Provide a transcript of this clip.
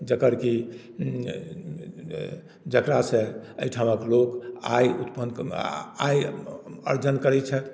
जकर कि जकरासँ एहिठामक लोक आय उत्पन्न आय अर्जन करैत छथि